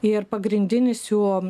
ir pagrindinis jų